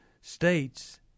states